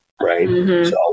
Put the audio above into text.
Right